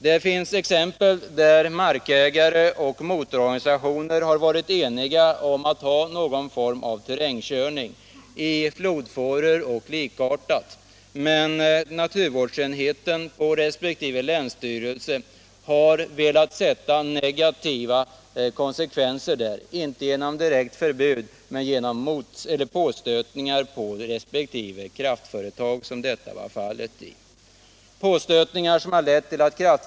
Det finns också exempel på att markägare och motororganisationer varit eniga om att ha någon form av terrängkörning i flodfåror o. d. men där det beslut som fattats av naturvårdsenheten inom resp. länsstyrelse har fått negativa konsekvenser. Det har inte varit fråga om ett direkt förbud, men länsstyrelsen har gjort påstötningar hos det kraftföretag som det gällt.